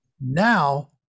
Now